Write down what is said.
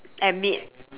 and meet